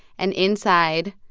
and inside,